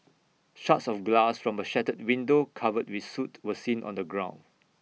shards of glass from A shattered window covered with soot were seen on the ground